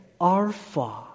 Alpha